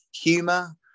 Humor